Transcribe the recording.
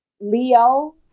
Leo